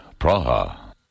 Praha